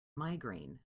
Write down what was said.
migraine